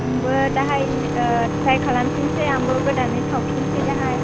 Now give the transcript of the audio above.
आंबो दाहाय ट्राय खालामफिननोसै आंबो गोदानै सावफिननोसै दाहाय